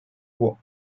俱乐部